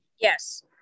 Yes